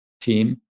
team